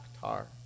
tar